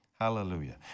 Hallelujah